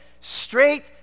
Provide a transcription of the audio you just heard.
straight